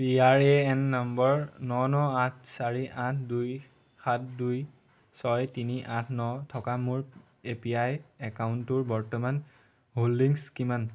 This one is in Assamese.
পি আৰ এ এন নম্বৰ ন ন আঠ চাৰি আঠ দুই সাত দুই ছয় তিনি আঠ ন থকা মোৰ এ পি ৱাই একাউণ্টটোৰ বৰ্তমান হোল্ডিংছ কিমান